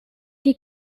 die